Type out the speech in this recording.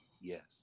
Yes